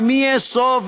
ומי יאסוף,